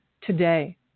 today